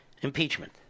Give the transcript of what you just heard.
Impeachment